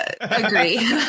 agree